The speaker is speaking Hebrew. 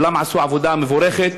כולם עשו עבודה מבורכת.